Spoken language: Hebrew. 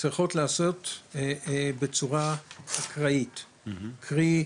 צריכות להיעשות בצורה אקראית קרי,